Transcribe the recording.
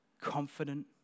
confident